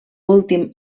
últim